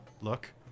look